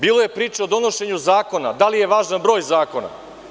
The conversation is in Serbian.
Bilo je priče o donošenju zakona, da li je važan broj zakona.